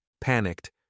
Panicked